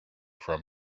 from